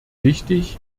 wichtig